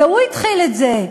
זה הוא התחיל את זה,